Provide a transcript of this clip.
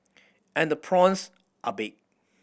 and the prawns are big